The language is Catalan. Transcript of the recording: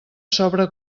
sobre